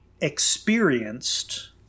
experienced